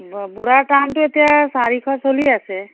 বুঢ়া তামোলটো এতিয়া চাৰিশ চলি আছে